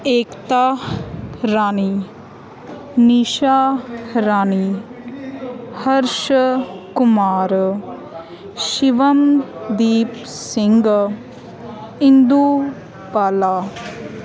Ekta Rani Nisha Rani Harsh Kumar Shivam Deep Singh Indu Bala